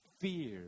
fear